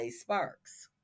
Sparks